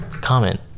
comment